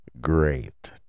great